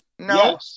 No